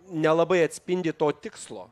nelabai atspindi to tikslo